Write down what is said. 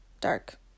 Dark